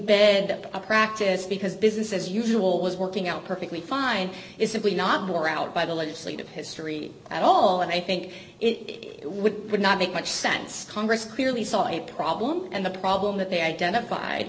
up a practice because business as usual was working out perfectly fine is simply not wore out by the legislative history at all and i think it would not make much sense congress clearly saw a problem and the problem that they identified